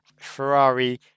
Ferrari